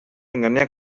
dengannya